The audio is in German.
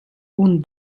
und